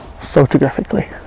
Photographically